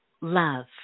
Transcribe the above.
love